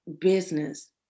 business